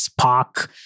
Spock